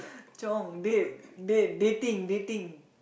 Chong date date dating dating